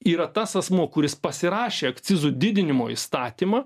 yra tas asmuo kuris pasirašė akcizų didinimo įstatymą